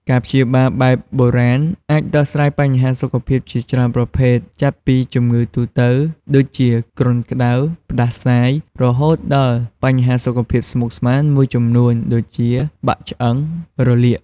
ការព្យាបាលបែបបុរាណអាចដោះស្រាយបញ្ហាសុខភាពជាច្រើនប្រភេទ ចាប់ពីជំងឺទូទៅ ដូចជាគ្រុនក្ដៅ ផ្ដាសាយ រហូតដល់បញ្ហាសុខភាពស្មុគស្មាញមួយចំនួន ដូចជាបាក់ឆ្អឹង រលាក។